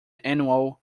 annual